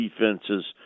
defenses